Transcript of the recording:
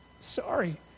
sorry